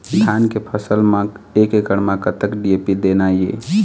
धान के फसल म एक एकड़ म कतक डी.ए.पी देना ये?